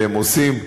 והם עושים,